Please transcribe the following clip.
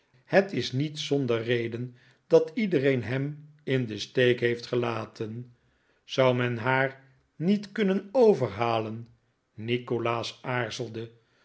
het is niet zonder reden dat iedereen hem in den steek heeft gelaten zou men haar niet kunnen overhalen nikolaas aarzelde